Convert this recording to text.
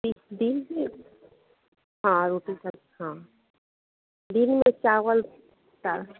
fish डीम भी हाँ रोटी सब्जी हाँ दिन में चावल दाल